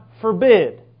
forbid